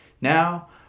Now